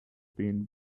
been